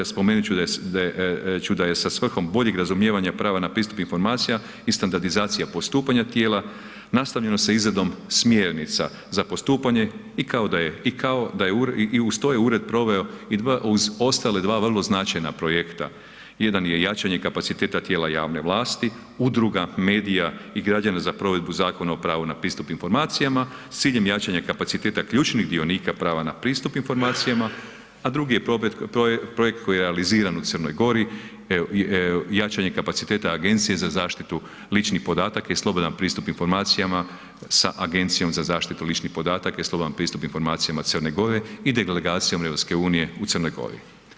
Spomenuti ću da je sa svrhom boljeg razumijevanja prava na pristup informacija i standardizacija postupanja tijela, nastavljeno sa izradom smjernica za postupanje i kao da je, i uz to je ured proveo uz ostala 2 vrlo značajna projekta, jedan je jačanje kapaciteta tijela javne vlasti, udruga, medija i građana za provedbu Zakona o pravu na pristup informacijama s ciljem jačanja kapaciteta ključnih dionika prava na pristup informacijama, a drugi je projekt koji je realiziran u Crnoj Gori, jačanje kapaciteta Agencije za zaštitu ličnih podataka i slobodan pristup informacijama sa Agencijom za zaštitu ličnih podataka i slobodan pristup informacijama Crne Gore i delegacijom EU u Crnoj Gori.